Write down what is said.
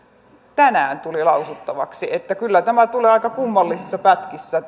tänään tuli lausuttavaksi kyllä tämä maakuntauudistuksen eteneminen tulee aika kummallisissa pätkissä